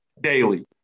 daily